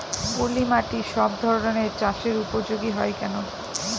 পলিমাটি সব ধরনের চাষের উপযোগী হয় কেন?